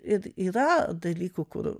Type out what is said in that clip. ir yra dalykų kur